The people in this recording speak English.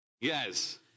Yes